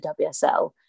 WSL